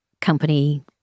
company